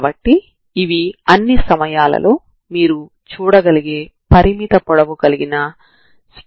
కాబట్టి మీరు 12c ∬hxt dx dt ని కలిగి ఉన్నారు